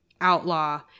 Outlaw